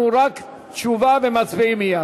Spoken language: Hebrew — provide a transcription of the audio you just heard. אנחנו, רק תשובה, ומצביעים מייד.